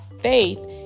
faith